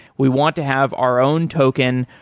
we want to have our own token.